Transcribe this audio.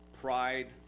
Pride